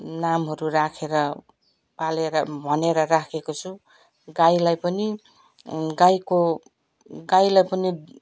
नामहरू राखेर पालेर भनेर राखेको छु गाईलाई पनि गाईको गाईलाई पनि